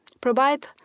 provide